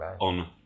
on